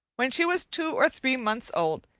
when she was two or three months old,